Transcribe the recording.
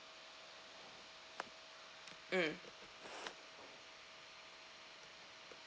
mm